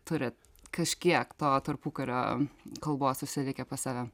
turi kažkiek to tarpukario kalbos užsilikę pas save